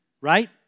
right